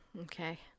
Okay